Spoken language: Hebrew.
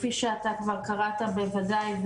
כפי שאתה קראת בוודאי,